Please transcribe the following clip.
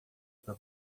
para